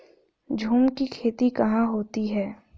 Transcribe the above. झूम की खेती कहाँ होती है?